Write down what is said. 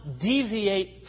deviate